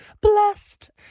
blessed